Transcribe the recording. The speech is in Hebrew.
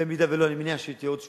במידה שלא, אני מניח שתהיה עוד שביתה.